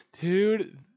Dude